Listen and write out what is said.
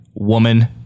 Woman